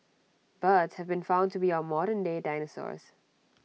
birds have been found to be our modernday dinosaurs